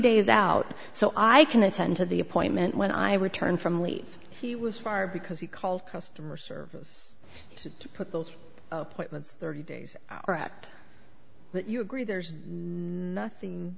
days out so i can attend to the appointment when i return from leave he was fired because he called customer service to put those appointments thirty days or ect that you agree there's nothing